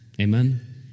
Amen